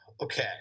Okay